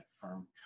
firm